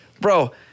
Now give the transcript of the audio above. bro